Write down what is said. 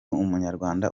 umunyarwanda